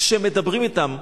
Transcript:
כשמדברים אתם,